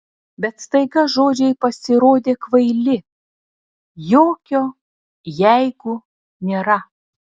bet staiga žodžiai pasirodė kvaili jokio jeigu nėra